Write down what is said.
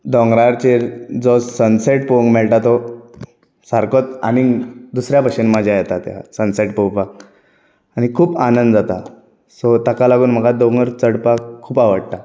दोंगराचेर जो सनसॅट पळोवंक मेळटा तो सारकोच आनीक दुसऱ्या भशेन मजा येता त्या सनसॅट पळोवपाक आनी खूब आनंद जाता सो ताका लागून म्हाका दोंगर चडपाक खूब आवडटा